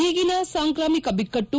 ಈಗಿನ ಸಾಂಕ್ರಾಮಿಕ ಬಿಕ್ಕಟ್ಲು